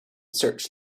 searched